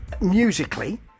musically